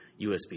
USB